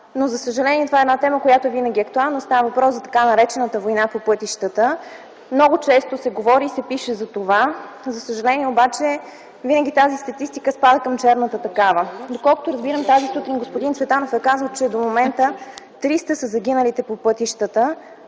летен сезон. Това е тема, която винаги е актуална - става въпрос за така наречената война по пътищата. Много често се говори и се пише за това, но за съжаление тази статистика винаги спада към черната такава. Доколкото разбирам, тази сутрин господин Цветанов е казал, че до момента 300 са загиналите по пътищата,